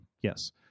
Yes